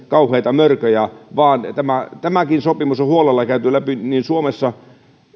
kauheita mörköjä kun tämäkin sopimus on huolella käyty läpi suomessa